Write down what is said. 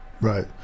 Right